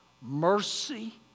Mercy